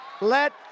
Let